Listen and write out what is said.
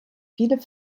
viele